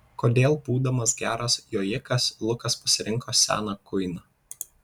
kodėl būdamas geras jojikas lukas pasirinko seną kuiną